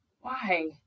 Why